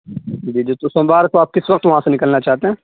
جی جی تو سوموار کو آپ کس وقت وہاں سے نکلنا چاہتے ہیں